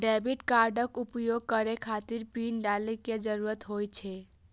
debit कार्डक उपयोग करै खातिर पिन डालै के जरूरत होइ छै